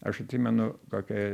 aš atsimenu kokie